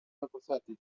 apathetic